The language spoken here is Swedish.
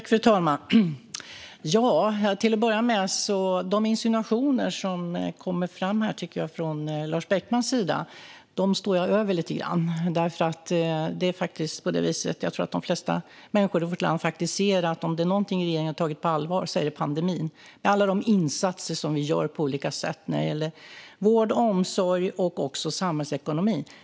Fru talman! Till att börja med vill jag säga att jag står över de insinuationer som kommer från Lars Beckmans sida. Det är nämligen på det viset - och jag tror att de flesta människor i vårt land faktiskt ser det - att om det är någonting som regeringen har tagit på allvar är det pandemin, men tanke på alla de insatser vi gör på olika sätt såväl inom vård och omsorg som i samhällsekonomin.